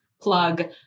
plug